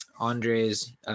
Andre's